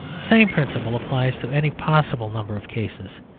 same principle applies to any possible number of cases.